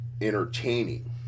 entertaining